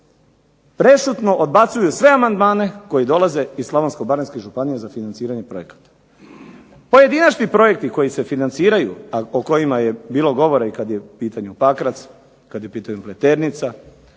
prešutno odbacuju sve amandmane koji dolaze iz slavonsko-baranjskih županija za financiranje projekata. Pojedinačni projekti koji se financiraju, a o kojima je bilo govora i kad je u pitanju Pakrac, kad je u pitanju Pleternica